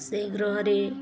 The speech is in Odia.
ସେଇ ଗ୍ରହରେ